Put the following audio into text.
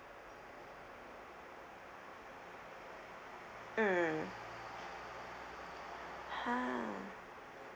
mm !huh!